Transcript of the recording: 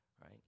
right